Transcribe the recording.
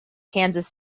kansas